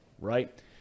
right